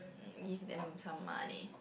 give them some money